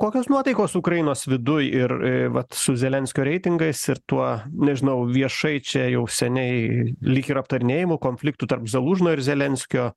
kokios nuotaikos ukrainos viduj ir vat su zelenskio reitingais ir tuo nežinau viešai čia jau seniai lyg ir aptarinėjamu konfliktu tarp zalužno ir zelenskio